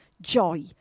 joy